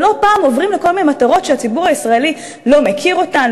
ולא פעם עוברים לכל מיני מטרות שהציבור הישראלי לא מכיר אותן,